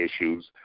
issues